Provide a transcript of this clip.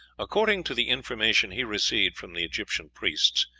according to the information he received from the egyptian priests,